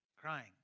crying